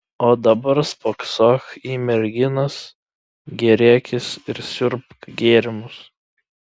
o dabar spoksok į merginas gėrėkis ir siurbk gėrimus